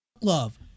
love